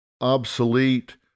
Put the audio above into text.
obsolete